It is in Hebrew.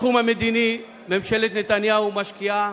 בתחום המדיני ממשלת נתניהו משקיעה,